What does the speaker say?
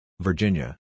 Virginia